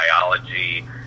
biology